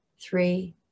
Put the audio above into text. Three